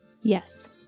Yes